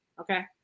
Okay